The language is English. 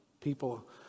People